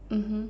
mmhmm